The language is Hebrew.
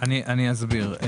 אני אסביר.